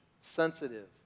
Sensitive